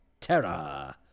Terror